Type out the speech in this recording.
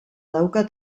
dauka